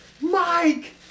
Mike